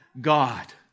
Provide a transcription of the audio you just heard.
God